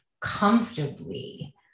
comfortably